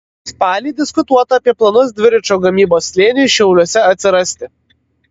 spalį diskutuota apie planus dviračių gamybos slėniui šiauliuose atsirasti